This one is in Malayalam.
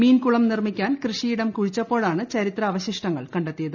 മീൻ കുളം നിർമ്മിക്കാൻ കൃഷിയിടം കുഴിച്ചപ്പോഴാണ് ചരിത്രാവശിഷ്ടങ്ങൾ കണ്ടെത്തിയത്